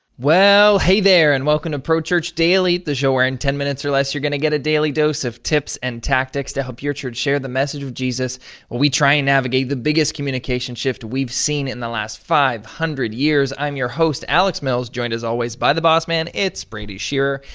well hey there, and welcome to pro church daily, the show where in ten minutes or less you're gonna get a daily dose of tips and tactics to help your church share the message of jesus while we try and navigate the biggest communication shift we've seen in the last five hundred years. i'm your host alex mills joined as always by the boss man, it's brady shearer.